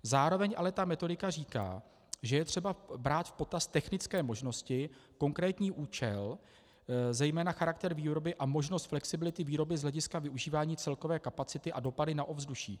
Zároveň ale metodika říká, že je třeba brát v potaz technické možnosti, konkrétní účel, zejména charakter výroby a možnost flexibility výroby z hlediska využívání celkové kapacity a dopadu na ovzduší.